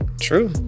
true